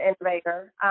innovator